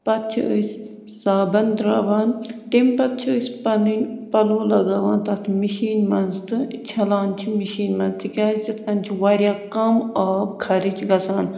پَتہٕ چھِ أسۍ صابَن درٛاوان تمہِ پَتہٕ چھِ أسۍ پَنٕنۍ پَلو لَگاوان تَتھ مِشیٖن منٛز تہٕ چھَلان چھِ مِشیٖن منٛز تِکیٛازِ تِتھ کٔنۍ چھِ واریاہ کَم آب خرٕچ گژھان